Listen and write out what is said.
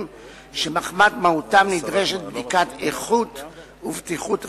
שמחמת מהותם נדרשת בדיקת איכות ובטיחות רפואית,